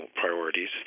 priorities